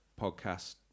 podcast